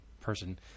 person